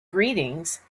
greetings